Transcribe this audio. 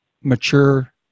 mature